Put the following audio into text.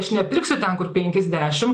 aš nepirksiu ten kur penkis dešim